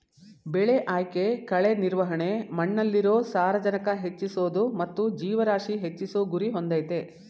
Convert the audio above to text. ಬೆಳೆ ಆಯ್ಕೆ ಕಳೆ ನಿರ್ವಹಣೆ ಮಣ್ಣಲ್ಲಿರೊ ಸಾರಜನಕ ಹೆಚ್ಚಿಸೋದು ಮತ್ತು ಜೀವರಾಶಿ ಹೆಚ್ಚಿಸೋ ಗುರಿ ಹೊಂದಯ್ತೆ